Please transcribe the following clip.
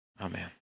Amen